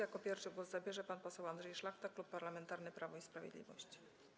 Jako pierwszy głos zabierze pan poseł Andrzej Szlachta, Klub Parlamentarny Prawo i Sprawiedliwość.